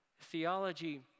Theology